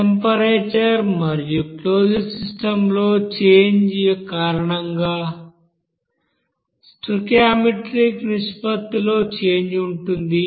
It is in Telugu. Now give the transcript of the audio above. టెంపరేచర్ మరియు క్లోజ్డ్ సిస్టమ్లో చేంజ్ కారణంగా స్టోయికియోమెట్రిక్ నిష్పత్తిలో చేంజ్ ఉంటుంది